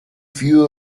few